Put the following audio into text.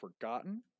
forgotten